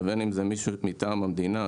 ובין אם זה מישהו מטעם המדינה,